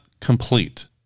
complete